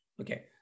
Okay